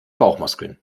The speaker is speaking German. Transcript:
bauchmuskeln